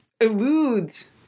eludes